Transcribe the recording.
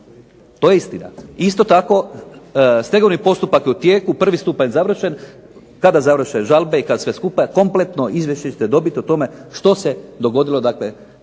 To je istina. Isto tako, stegovni postupak je u tijeku, prvi stupanj završen, kada završe žalbe i kad sve skupa kompletno izvješće ćete dobiti o tome što se dogodilo dakle